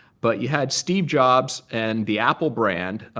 but you had steve jobs and the apple brand,